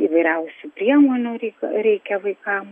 įvairiausių priemonių reik reikia vaikam